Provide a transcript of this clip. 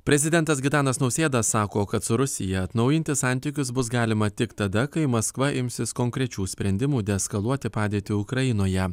prezidentas gitanas nausėda sako kad su rusija atnaujinti santykius bus galima tik tada kai maskva imsis konkrečių sprendimų deeskaluoti padėtį ukrainoje